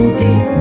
deep